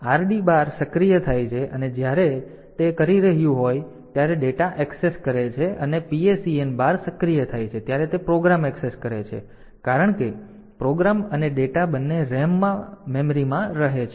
તેથી RD બાર સક્રિય થાય છે અને જ્યારે તે કરી રહ્યું હોય ત્યારે ડેટા એક્સેસ કહે છે અને PSEN બાર સક્રિય થાય છે ત્યારે તે પ્રોગ્રામ એક્સેસ કરે છે કારણ કે પ્રોગ્રામ અને ડેટા બંને RAM માં મેમરીમાં રહે છે